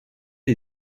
des